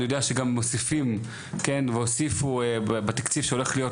אני יודע שגם מוסיפים והוסיפו בתקציב שהולך להיות,